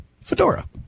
Fedora